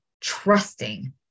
trusting